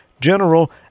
general